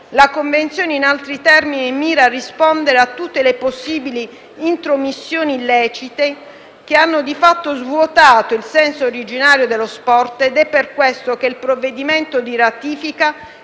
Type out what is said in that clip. La convenzione, in altri termini, mira a rispondere a tutte le possibili intromissioni illecite che hanno di fatto svuotato il senso originario dello sport ed è per questo che il provvedimento di ratifica